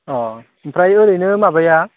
अ ओमफ्राय ओरैनो माबाया